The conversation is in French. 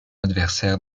adversaire